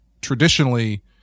traditionally